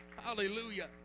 Hallelujah